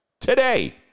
today